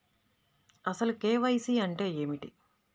అసలు కే.వై.సి అంటే ఏమిటి?